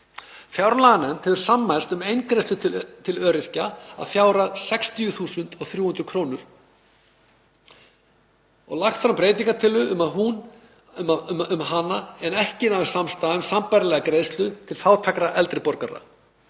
Fjárlaganefnd hefur sammælst um eingreiðslu til öryrkja að fjárhæð 60.300 kr. og lagt fram breytingartillögu um hana en ekki náðist samstaða um sambærilega greiðslu til fátækra eldri borgara.